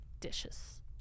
dishes